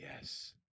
Yes